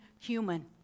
human